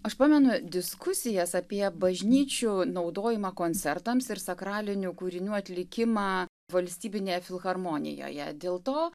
aš pamenu diskusijas apie bažnyčių naudojimą koncertams ir sakralinių kūrinių atlikimą valstybinėje filharmonijoje dėl to